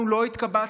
אנחנו לא התקבצנו